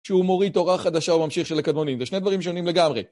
שהוא מוריד תורה חדשה וממשיך של הקדמונים, זה שני דברים שונים לגמרי.